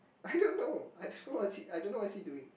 I don't know I don't know what is he I don't know what is he doing